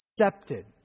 accepted